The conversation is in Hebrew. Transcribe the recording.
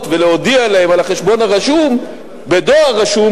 ולהודיע להם על החשבון הרשום בדואר רשום,